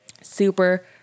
Super